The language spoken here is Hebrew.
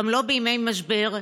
גם לא בימי משבר,